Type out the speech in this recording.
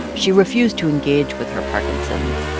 she refused to engage with her parkinson's.